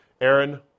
Aaron